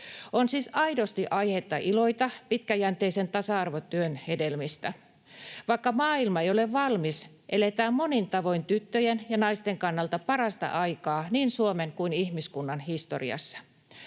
On siis aidosti aihetta iloita pitkäjänteisen tasa-arvotyön hedelmistä. Vaikka maailma ei ole valmis, eletään monin tavoin tyttöjen ja naisten kannalta parasta aikaa niin Suomen kuin ihmiskunnan historiassa.